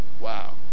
Wow